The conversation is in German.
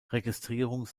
registrierung